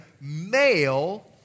male